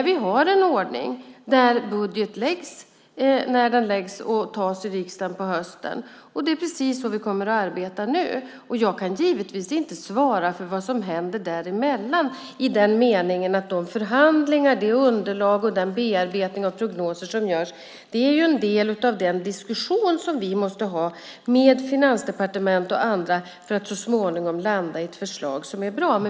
Vi har en ordning där budgeten läggs fram och antas på hösten. Det är precis så vi kommer att göra nu. Jag kan givetvis inte svara för vad som händer däremellan i den meningen att de förhandlingar, det underlag och den bearbetning av prognoser som görs är en del av den diskussion som vi måste ha med Finansdepartementet och andra för att så småningom landa i ett förslag som är bra.